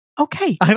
Okay